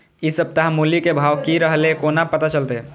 इ सप्ताह मूली के भाव की रहले कोना पता चलते?